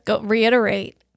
reiterate